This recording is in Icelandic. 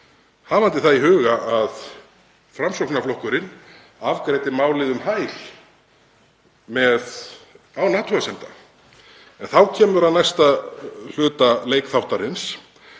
Höfum í huga að Framsóknarflokkurinn afgreiddi málið um hæl án athugasemda. Þá kemur að næsta hluta leikþáttarins